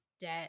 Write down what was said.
debt